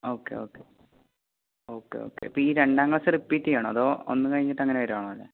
okay okay okay okay അപ്പോൾ ഈ രണ്ടാം ക്ലാസ്സ് റിപ്പീറ്റ് ചെയ്യുകയാണോ അതോ ഒന്ന് കഴിഞ്ഞിട്ടങ്ങനെ വരികയാണ് അല്ലേ